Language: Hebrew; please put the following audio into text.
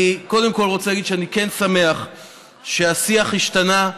אני קודם רוצה להגיד שאני כן שמח שהשיח השתנה,